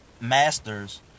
masters